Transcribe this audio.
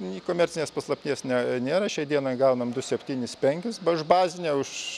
nei komercinės paslapties ne nėra šiai dienai gaunam du septynis penkis virš bazinio už